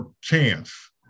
chance